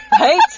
right